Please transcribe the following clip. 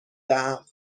دهم